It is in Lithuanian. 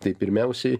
tai pirmiausiai